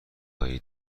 هایی